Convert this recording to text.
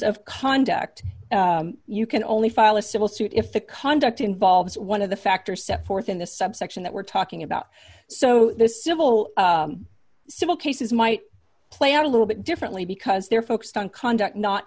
of conduct you can only file a civil suit if the conduct involves one of the factors set forth in the subsection that we're talking about so the civil civil cases might play out a little bit differently because they're focused on